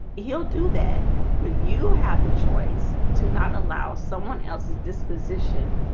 he'll do that when you have the choice to not allow someone else's disposition